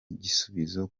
igisubizo